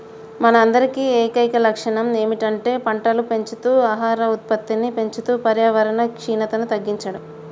మన అందరి ఏకైక లక్షణం ఏమిటంటే పంటలు పెంచుతూ ఆహార ఉత్పత్తిని పెంచుతూ పర్యావరణ క్షీణతను తగ్గించడం